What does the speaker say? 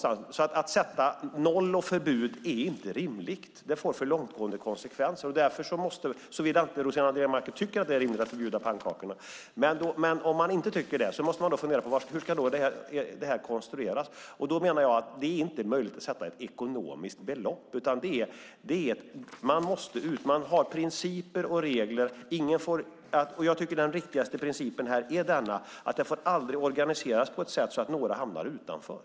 Att sätta noll och förbud är inte rimligt, det får för långtgående konsekvenser, såvida Rossana Dinamarca tycker att det är rimligt att förbjuda pannkakorna. Om man inte tycker det måste man fundera på: Hur ska det konstrueras? Då menar jag att det inte är möjligt att sätta ett exakt belopp. Man har principer och regler, och jag tycker att den riktigaste principen att det aldrig får organiseras på ett sådant sätt att några hamnar utanför.